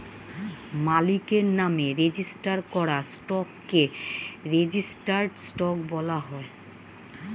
মালিকের নামে রেজিস্টার করা স্টককে রেজিস্টার্ড স্টক বলা হয়